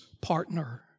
partner